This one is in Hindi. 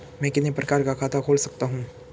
मैं कितने प्रकार का खाता खोल सकता हूँ?